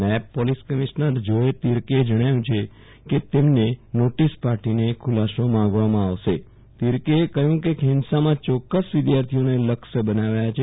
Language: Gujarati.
નાયબ પોલીસ કમિશ્નર જોય તીરકેએ જણાવ્યુ કે તેમને નોટીસ પાઠવીને ખુલાસો માંગવામાં આવશે તેમણે કહ્યુ કે હિંસામાં યોક્કસ વિધાર્થીઓને લક્ષ્ય બનાવ્યા છે